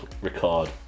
record